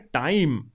time